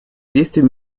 действий